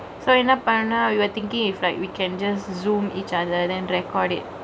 so in up are now you would think gave like we can just zoom each other than recorded